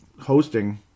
hosting